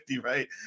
right